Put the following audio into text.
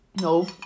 No